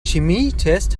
chemietest